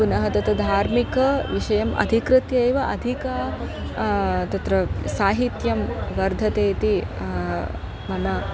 पुनः तत् धार्मिकविषयम् अधिकृत्य एव अधिक तत्र साहित्यं वर्धते इति मम